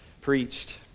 preached